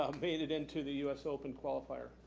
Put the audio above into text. um made it into the u s. open qualifier.